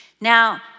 Now